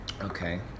Okay